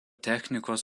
technikos